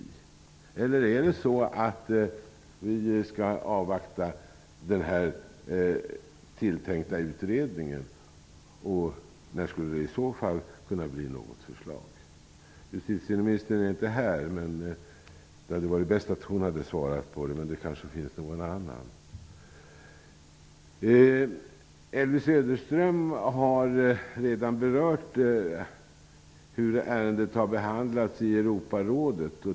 Eller skall vi avvakta den tilltänkta utredningen? När skulle det i så fall kunna bli något förslag? Justitieministern är inte här nu. Det hade varit bäst om hon hade svarat på denna fråga. Det kanske finns någon annan som kan svara. Elvy Söderström har redan berört hur ärendet har behandlats i Europarådet.